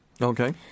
Okay